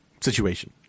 situation